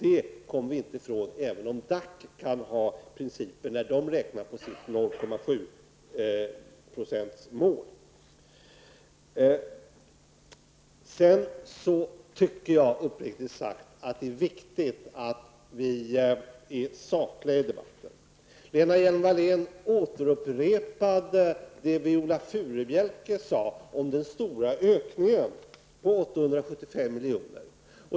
Det kommer vi inte ifrån, oavsett vilka principer DAC tillämpar när man där räknar på sitt 0,7 Jag tycker uppriktigt sagt att det är viktigt att vi är sakliga i debatten. Lena Hjelm-Wallén upprepade det Viola Furubjelke sade om den stora ökningen på 875 miljoner.